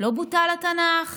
לא בוטל התנ"ך